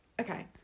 okay